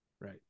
Right